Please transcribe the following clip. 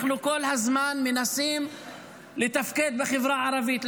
אנחנו כל הזמן מנסים לתפקד בחברה הערבית,